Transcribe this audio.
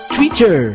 Twitter